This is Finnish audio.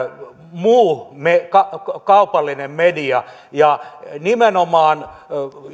muu kaupallinen media ja nimenomaan